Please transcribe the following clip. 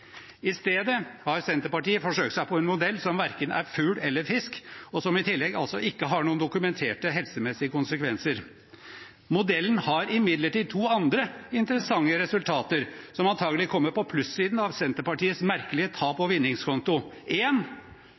I stedet har Senterpartiet forsøkt seg på en modell som verken er fugl eller fisk, og som i tillegg altså ikke har noen dokumenterte helsemessige konsekvenser. Modellen har imidlertid to andre interessante resultater, som antakelig kommer på plussiden av Senterpartiets merkelige taps- og vinningskonto.